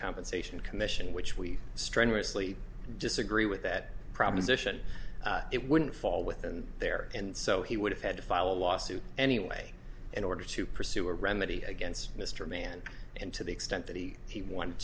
compensation commission which we strenuously disagree with that proposition it wouldn't fall within there and so he would have had to file a lawsuit anyway in order to pursue a remedy against mr mann and to the extent that he he wanted